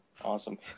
Awesome